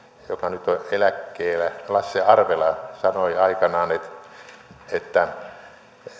joka nyt on eläkkeellä lasse arvela sanoi aikanaan että